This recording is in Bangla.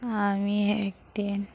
আমি একদিন